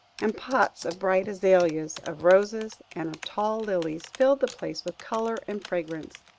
and pots of bright azaleas, of roses, and of tall lilies, filled the place with colour and fragrance.